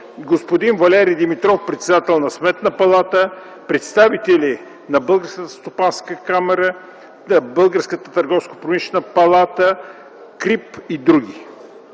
господин Валери Димитров – председател на Сметна палата, представители на Българската стопанска камара, Българската търговско-промишлена палата, КРИБ и други.